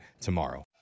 tomorrow